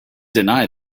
deny